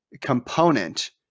component